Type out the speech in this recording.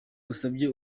usabye